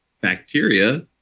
bacteria